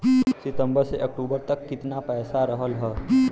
सितंबर से अक्टूबर तक कितना पैसा रहल ह?